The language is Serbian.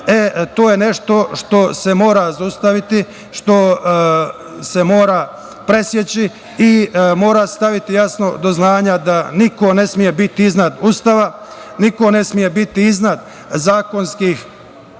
to je nešto što se mora zaustaviti, što se mora preseći i mora se staviti jasno do znanja da niko ne sme biti iznad Ustava, niko ne sme biti iznad zakonskih